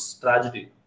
tragedy